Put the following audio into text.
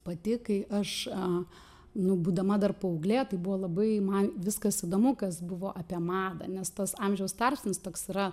pati kai aš a nu būdama dar paauglė tai buvo labai man viskas įdomu kas buvo apie madą nes tas amžiaus tarpsnis toks yra